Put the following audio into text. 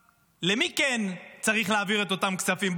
למי כן צריך להעביר את אותם כספים?